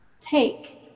Take